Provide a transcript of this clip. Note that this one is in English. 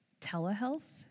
telehealth